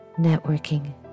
networking